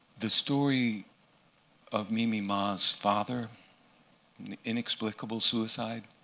the story of mimi ma's father, and the inexplicable suicide,